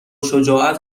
شجاعت